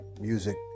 music